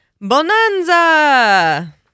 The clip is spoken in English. Bonanza